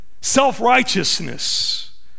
self-righteousness